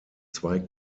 zwei